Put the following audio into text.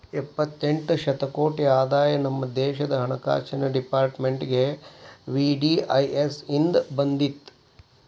ಎಪ್ಪತ್ತೆಂಟ ಶತಕೋಟಿ ಆದಾಯ ನಮ ದೇಶದ್ ಹಣಕಾಸಿನ್ ಡೆಪಾರ್ಟ್ಮೆಂಟ್ಗೆ ವಿ.ಡಿ.ಐ.ಎಸ್ ಇಂದ್ ಬಂದಿತ್